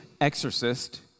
exorcist